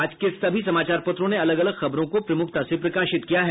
आज के सभी समाचार पत्रों ने अलग अलग खबरों को प्रमुखता से प्रकाशित किया है